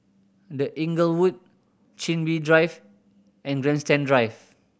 The Inglewood Chin Bee Drive and Grandstand Drive